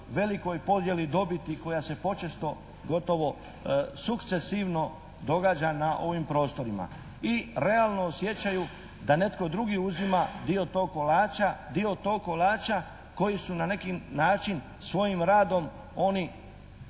velikoj podjeli dobiti koja se počesto gotovo sukcesivno događa na ovim prostorima. I realno osjećaju da netko drugi uzima dio tog kolača, dio tog kolača koji su na neki način svojim radom oni